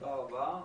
תודה רבה.